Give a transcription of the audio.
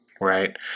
Right